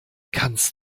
kannst